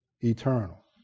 eternal